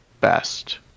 best